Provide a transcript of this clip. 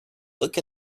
look